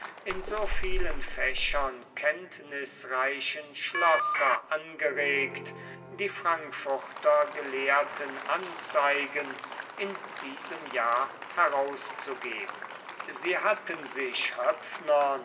in so vielen fächern kenntnisreichen schlosser angeregt die frankfurter gelehrten anzeigen in diesem jahr herauszugeben sie hatten sich höpfnern